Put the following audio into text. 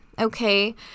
Okay